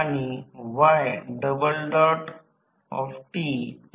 तर जणू संदर्भ वेळः 2251 व्होल्टेज येथे एकूण V1 आहे ही V2 आहे